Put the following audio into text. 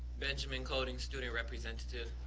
benjamin colding, student representative.